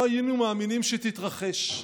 לא היינו מאמינים שתתרחש,